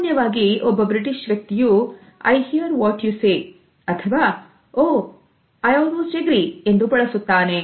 ಸಾಮಾನ್ಯವಾಗಿ ಒಬ್ಬ ಬ್ರಿಟಿಷ್ ವ್ಯಕ್ತಿಯು I hear what to say ಅಥವಾ oh I almost agree ಎಂದು ಬಳಸುತ್ತಾನೆ